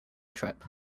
trip